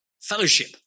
Fellowship